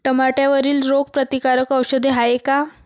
टमाट्यावरील रोग प्रतीकारक औषध हाये का?